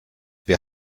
wir